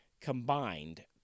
combined